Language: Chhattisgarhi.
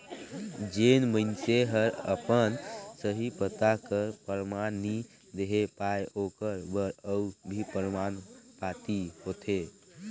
जेन मइनसे हर अपन सही पता कर परमान नी देहे पाए ओकर बर अउ भी परमान पाती होथे